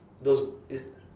those i~